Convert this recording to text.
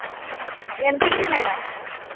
MPC madam